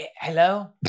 Hello